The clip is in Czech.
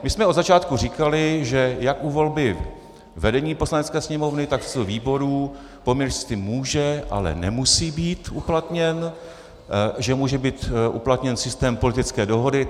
My jsme od začátku říkali, že jak u volby vedení Poslanecké sněmovny, tak výborů poměrný systém může, ale nemusí být uplatněn, že může být uplatněn systém politické dohody.